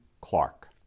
Clark